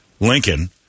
Lincoln